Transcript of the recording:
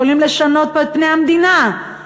יכולים לשנות פה את פני המדינה לחלוטין.